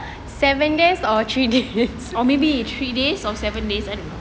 or maybe three days or seven days I don't know